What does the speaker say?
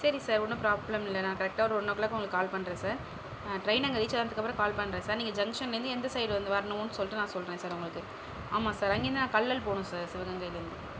சரி சார் ஒன்றும் ப்ராப்லம் இல்லை நான் கரெக்டாக ஒரு ஒன் ஓ கிளாக் உங்களுக்கு கால் பண்றேன் சார் டிரெயின் அங்கே ரீச் ஆனதுக்கு அப்புறம் கால் பண்றேன் சார் நீங்கள் ஜங்சன்லேருந்து எந்த சைடு வந்து வரனும்னு சொல்லிட்டு நான் சொல்கிறேன் சார் உங்களுக்கு ஆமாம் சார் அங்கிருந்து நான் கல்லல் போகணும் சார் சிவகங்கைலேருந்து